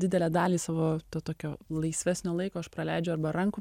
didelę dalį savo to tokio laisvesnio laiko aš praleidžiu arba rankų